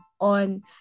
on